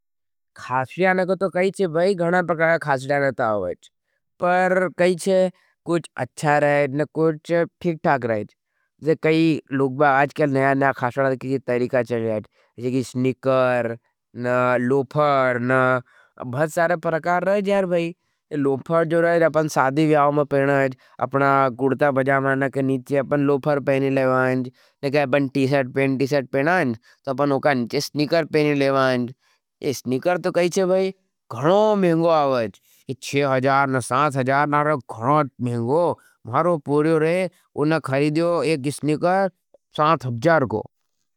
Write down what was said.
खासुटाने को तो कहीचे भाई, गणा परकारा खासुटाने तो आवेच। पर कहीचे कुछ अच्छा रहेथ न कुछ ठीक ठाक रहेथ। ज़े कही लोग बाई आज क्या नया नया खासुटाने की तरीका चल रहेथ। परकार रहेथ भाई, लोफर जो रहेथ अपना साधी वियाव में पेनेज, अपना गुर्टा, बजामा ने के निचे अपना लोफर पेने लेवाएँज, ने कहा अपना टी सेट पेन, टी सेट पेनाएंज, तो अपना निचे स्नीकर पेने लेवाएँज। परकार रहेथ भाई, लोफर जो रहेथ अपना साधी वियाव में पेने लेवाएँज, ने कहा अपना टी सेट पेन, तो अपना टी सेट पेन, तो अपना टी सेट पेन, तो अपना टी सेट पेन, तो अपना टी सेट पेन, तो अपना टी सेट पेन, तो अपना टी सेट पेन।